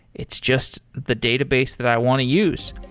it's just the database that i want to use.